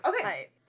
Okay